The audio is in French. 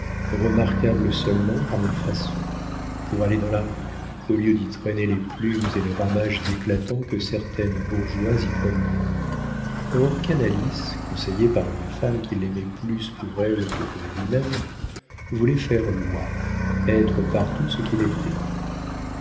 remarquable seulement par la façon pour aller dans la rue au lieu d'y traîner les plumes et les ramages éclatants que certaines bourgeoises y promènent or canalis conseillé par une femme qui l'aimait plus pour elle que pour lui-même voulait faire loi être partout ce qu'il était